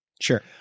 Sure